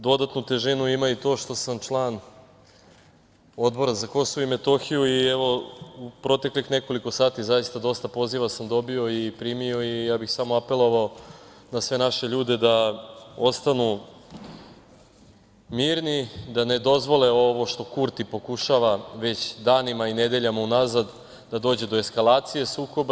Dodatnu težinu ima i to što sam član Odbora za Kosovo i Metohiju i, evo, u proteklih nekoliko sati zaista dosta poziva sam dobio i primio i samo bih apelovao na sve naše ljude da ostanu mirni, da ne dozvole ovo što Kurti pokušava već danima i nedeljama unazad da dođe do eskalacije sukoba.